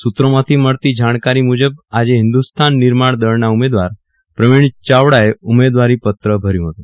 સુત્રો માંથી મળતી જાણકારી મુજબ આજે હિંદુસ્થાન નિર્માણ દળના ઉમેદવાર પ્રવીણ ચાવડાએ ઉમેદવારી પત્ર ભર્યું હતું